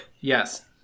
Yes